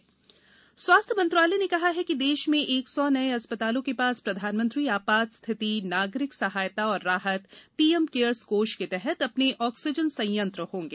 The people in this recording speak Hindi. स्वास्थ्य ऑक्सीजन स्वास्थ्य मंत्रालय ने कहा है कि देश में एक सौ नए अस्पतालों के पास प्रधानमंत्री आपात स्थिति नागरिक सहायता और राहत पीएम केयर्स कोष के तहत अपने ऑक्सीजन संयंत्र होंगे